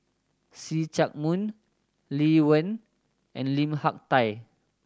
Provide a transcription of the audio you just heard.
See Chak Mun Lee Wen and Lim Hak Tai